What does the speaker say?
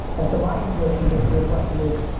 and so my intuition based on your question is,